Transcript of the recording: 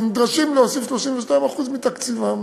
ונדרשת להוסיף 32% מתקציבה,